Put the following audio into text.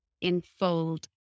enfold